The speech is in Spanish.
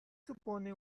supone